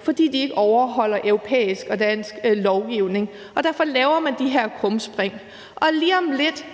fordi de ikke overholder europæisk og dansk lovgivning. Derfor laver man de her krumspring, og lige om lidt